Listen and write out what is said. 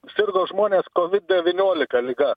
sirgo žmonės kovid devyniolika liga